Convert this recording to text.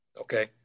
Okay